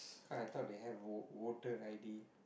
cause I thought they have voter i_d